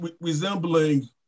resembling